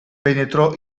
penetrò